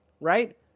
right